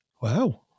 Wow